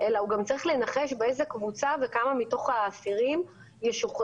אלא הוא גם צריך לנחש באיזה קבוצה וכמה מתוך האסירים ישוחררו,